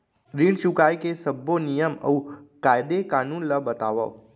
ऋण चुकाए के सब्बो नियम अऊ कायदे कानून ला बतावव